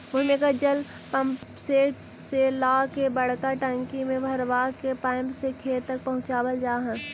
भूमिगत जल पम्पसेट से ला के बड़का टंकी में भरवा के पाइप से खेत तक पहुचवल जा हई